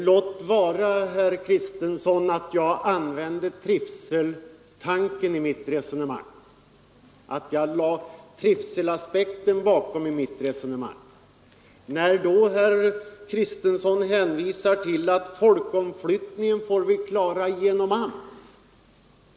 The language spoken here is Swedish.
Låt vara, herr Kristenson, att jag kom in på trivselaspekten i mitt resonemang. Herr Kristenson hänvisar då till att vi får klara folkomflyttningen genom AMS.